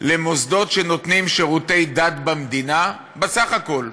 למוסדות שנותנים שירותי דת במדינה, בסך הכול,